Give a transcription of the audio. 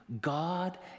God